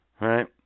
Right